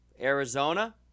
Arizona